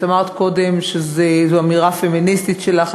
את אמרת קודם שזו אמירה פמיניסטית שלך,